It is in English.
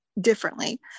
differently